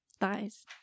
Thighs